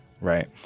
right